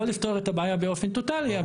לא לפתור את הבעיה באופן טוטאלי,